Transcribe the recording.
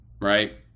right